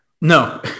no